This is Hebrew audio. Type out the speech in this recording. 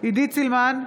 עידית סילמן,